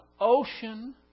ocean